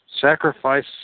Sacrifice